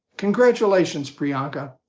congratulations, priyanka,